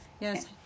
yes